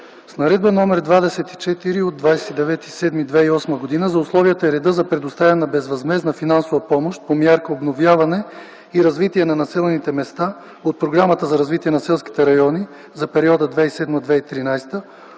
Наредба № 24 от 29.07.2008 г. за условията и реда за предоставяне на безвъзмездна финансова помощ по Мярка „Обновяване и развитие на населените места” от Програмата за развитие на селските райони за периода 2007-2013 г.,